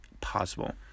possible